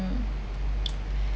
um